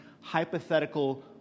hypothetical